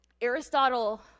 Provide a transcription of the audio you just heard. Aristotle